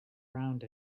around